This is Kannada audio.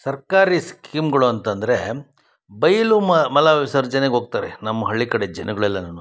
ಸರ್ಕಾರಿ ಸ್ಕೀಮ್ಗಳು ಅಂತಂದರೆ ಬಯಲು ಮಲ ವಿಸರ್ಜನೆಗೆ ಹೋಗ್ತಾರೆ ನಮ್ಮ ಹಳ್ಳಿ ಕಡೆ ಜನಗ್ಳೆಲ್ಲನು